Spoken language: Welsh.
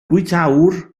bwytäwr